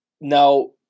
Now